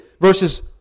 verses